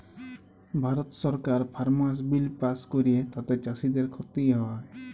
ভারত সরকার farmers bill pass ক্যরে তাতে চাষীদের খ্তি হ্যয়